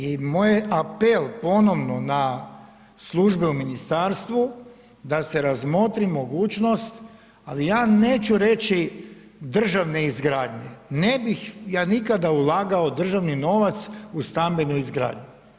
I moj je apel ponovno na službe u ministarstvu da se razmotri mogućnost, ali ja neću reći državne izgradnje, ne bih ja nikada ulagao državni novac u stambenu izgradnju.